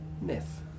myth